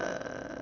err